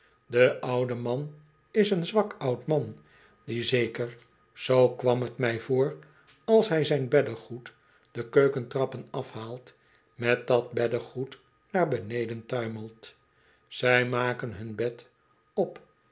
de oude man is een zwak oud man die zeker zoo kwam het mij voor als hij zijn beddegoed de keukentrappen afhaalt met dat beddegoed naar beneden tuimelt zij maken hun bed op